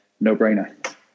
no-brainer